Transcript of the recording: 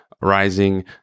rising